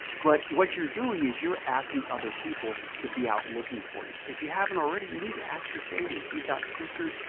but what you're doing is you're asking other people to be out looking for you. if you haven't already, you need to ask your family if you've got sisters,